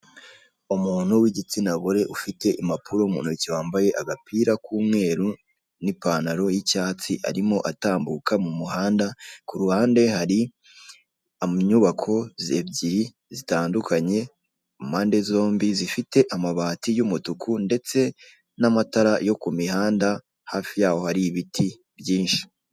Umuntu w'igitsina gore ufite impapuro mu ntoki, wambaye agapira k'umweru n'ipantalo y'icyatsi arimo atambuka mu muhanda. Ku ruhande hari inyubako ebyiri zitandukanye. Impande zombi zifite amabati y'umutuku ndetse n'amatara yo ku mihanda. hafi yaho hari ibiti byinshi.